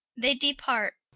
they depart.